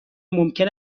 ممکن